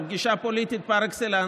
זאת הייתה פגישה פוליטית פר אקסלנס.